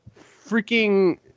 freaking